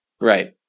Right